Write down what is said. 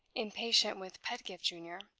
impatient with pedgift junior,